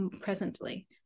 presently